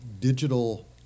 digital